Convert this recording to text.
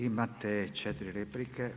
Imate 4 replike.